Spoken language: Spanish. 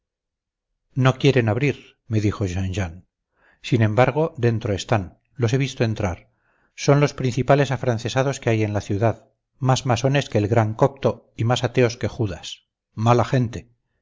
no quieren abrir me dijo jean jean sin embargo dentro están los he visto entrar son los principales afrancesados que hay en la ciudad más masones que el gran copto y más ateos que judas mala gente